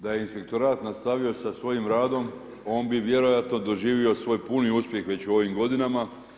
Da je inspektorat nastavio sa svojim radom, on bi vjerojatno doživio svoj puni uspjeh već u ovim godinama.